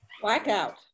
Blackout